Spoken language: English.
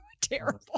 terrible